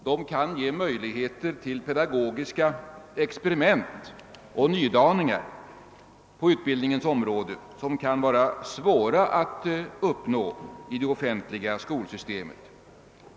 De kan ge möjligheter till pedagogiska experiment och nydaning på utbildningens område, som det kan vara svårt att uppnå i det offentliga skolväsendet.